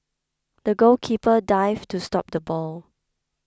the goalkeeper dived to stop the ball